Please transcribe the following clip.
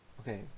Okay